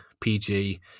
PG